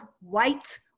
white